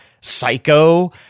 Psycho